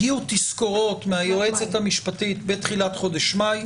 הגיעו תזכורות מהיועצת המשפטית בתחילת חודש מאי,